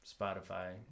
spotify